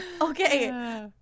Okay